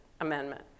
Amendment